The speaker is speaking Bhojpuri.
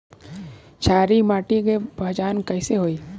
क्षारीय माटी के पहचान कैसे होई?